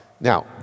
now